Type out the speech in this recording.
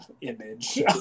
image